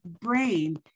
brain